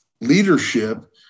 leadership